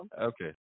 Okay